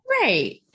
right